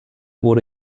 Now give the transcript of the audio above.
wurde